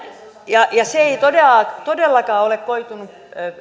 ja se ei todellakaan todellakaan ole koitunut